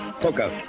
Poker